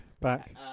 back